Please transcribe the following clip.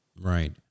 right